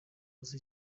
uzi